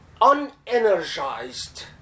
unenergized